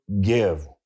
give